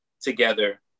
together